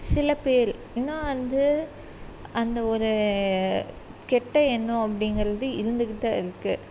சில பேரு ஏன்னால் வந்து அந்த ஒரு கெட்ட எண்ணம் அப்படிங்கிறது இருந்துக்கிட்டு தான் இருக்குது